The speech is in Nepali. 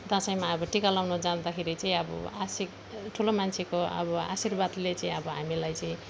दसैँमा अब टिका लाउनु जाँदाखेरि चाहिँ अब आशिक ठुलो मान्छेको अब आशीर्वादले चाहिँ अब हामीलाई चाहिँ